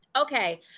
Okay